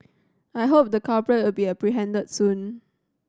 I hope the culprit will be apprehended soon